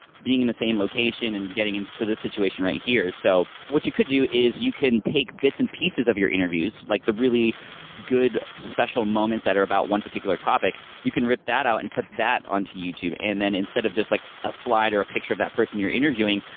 being in the same location and getting into this situation right here, so. what you could do is you can take bits and pieces of your interviews, like the really good, special moments that are about one particular topic. you can rip that out and put that onto youtube, and then instead of just like a slide or a picture of that person you're interviewing,